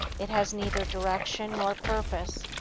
it has neither direction nor purpose.